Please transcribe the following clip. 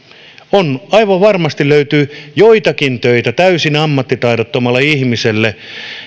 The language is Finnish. aivan varmasti löytyy joitakin töitä täysin ammattitaidottomalle ihmiselle